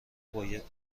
باید